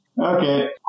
Okay